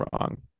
wrong